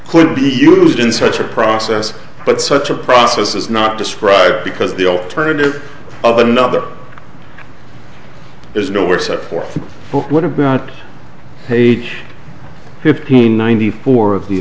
clear be used in such a process but such a process is not described because the alternative of another is nowhere set forth but what about page fifteen ninety four of the